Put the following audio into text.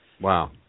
wow